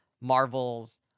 Marvel's